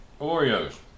Oreos